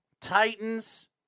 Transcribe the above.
Titans